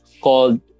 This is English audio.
called